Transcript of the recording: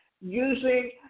using